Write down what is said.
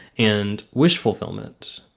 and wish fulfillment.